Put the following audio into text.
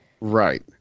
right